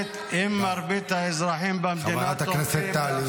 מרבית האזרחים במדינה תומכים -- חברת הכנסת טלי.